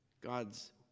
God's